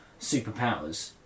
superpowers